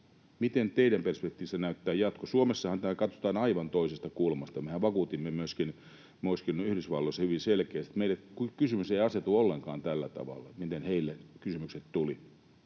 Miten teidän perspektiivissänne näyttää jatko? Suomessahan tämä katsotaan aivan toisesta kulmasta. Mehän vakuutimme myöskin Yhdysvalloissa hyvin selkeästi, että meille kysymys ei asetu ollenkaan tällä tavalla, miten heille kysymykset tulivat.